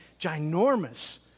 ginormous